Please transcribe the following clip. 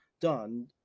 done